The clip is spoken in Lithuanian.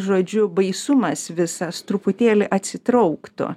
žodžiu baisumas visas truputėlį atsitrauktų